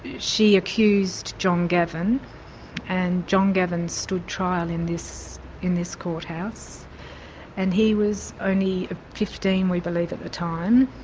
she accused john gavin and john gavin stood trial in this in this court house and he was only fifteen we believe at the time,